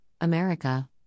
America